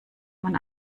man